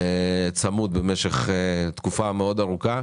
צמוד במשך תקופה מאוד ארוכה.